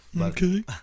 Okay